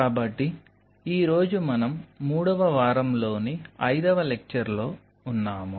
కాబట్టి ఈ రోజు మనం 3వ వారంలోని ఐదవ లెక్చర్ లో ఉన్నాము